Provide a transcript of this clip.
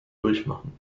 durchmachen